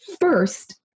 first